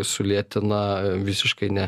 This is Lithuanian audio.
sulėtina visiškai ne